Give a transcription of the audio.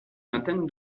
vingtaine